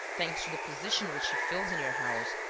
thanks to the position which she fills in your house,